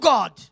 God